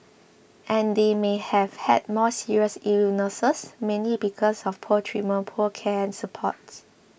and they may have had more serious illnesses mainly because of poor treatment poor care and support